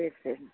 சரி சரி